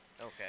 Okay